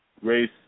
race